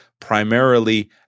primarily